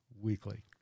Weekly